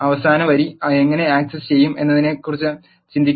അവസാന വരി എങ്ങനെ ആക്സസ് ചെയ്യും എന്നതിനെക്കുറിച്ച് ചിന്തിക്കാൻ